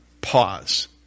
pause